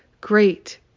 great